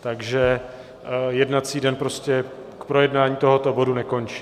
Takže jednací den prostě k projednání tohoto bodu nekončí.